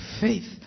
faith